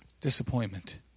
Disappointment